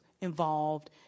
involved